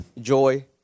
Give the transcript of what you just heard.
joy